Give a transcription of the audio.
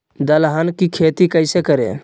दलहन की खेती कैसे करें?